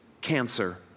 cancer